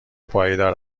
پایدار